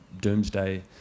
doomsday